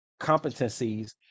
competencies